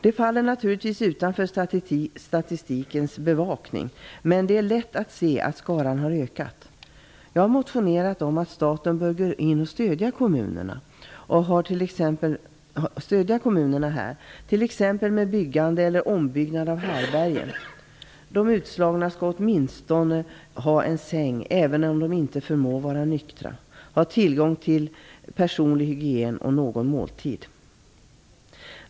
Detta faller naturligtvis utanför statistikens bevakning, men det är lätt att se att skaran har ökat. Jag har motionerat om att staten bör gå in och stödja kommunerna här, t.ex. med byggande eller ombyggnad av härbärgen. De utslagna skall åtminstone ha en säng, även om de inte förmår vara nyktra, samt ha tillgång till personlig hygien och någon måltid.